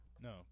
no